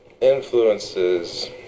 influences